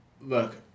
Look